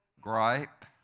gripe